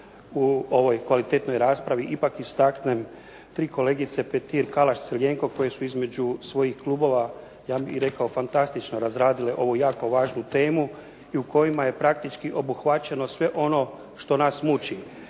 u ovoj kvalitetnoj raspravi ipak istaknem kolegice Petir, Kalaš, Crljenko koje su između svojih klubova ja bih rekao fantastično razradile ovu jako važnu temu i u kojima je praktički obuhvaćeno sve ono što nas muči.